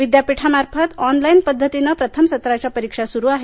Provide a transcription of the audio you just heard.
विद्यापीठामार्फत ऑनलाइन पद्धतीने प्रथम सत्राच्या परीक्षा सुरू आहेत